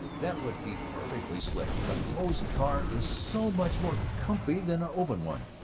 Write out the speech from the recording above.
that would be perfectly slick! a closed car is so much more comfy than an open one.